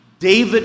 David